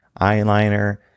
eyeliner